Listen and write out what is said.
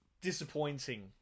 disappointing